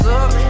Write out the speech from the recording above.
up